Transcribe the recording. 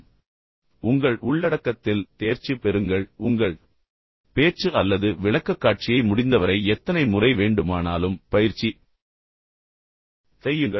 நான் முன்பு கூறியது போல் உங்கள் உள்ளடக்கத்தில் தேர்ச்சி பெறுங்கள் உங்கள் பேச்சு அல்லது விளக்கக்காட்சியை முடிந்தவரை எத்தனை முறை வேண்டுமானாலும் பயிற்சி செய்யுங்கள்